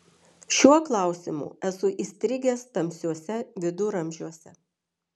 šiuo klausimu esu įstrigęs tamsiuose viduramžiuose